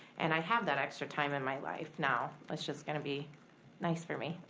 and i have that extra time in my life now. it's just gonna be nice for me.